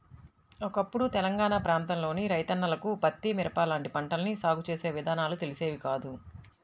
ఒకప్పుడు తెలంగాణా ప్రాంతంలోని రైతన్నలకు పత్తి, మిరప లాంటి పంటల్ని సాగు చేసే విధానాలు తెలిసేవి కాదు